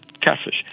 catfish